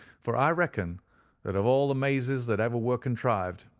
for i reckon that of all the mazes that ever were contrived,